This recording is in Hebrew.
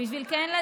בשביל מה כן?